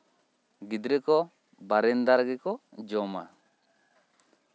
ᱜᱤᱫᱽᱨᱟᱹ ᱠᱚ ᱵᱟᱨᱮᱱᱫᱟ ᱨᱮᱜᱮ ᱠᱚ ᱡᱚᱢᱟ